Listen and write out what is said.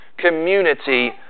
community